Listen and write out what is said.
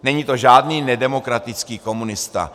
Není to žádný nedemokratický komunista.